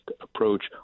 approach